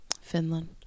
Finland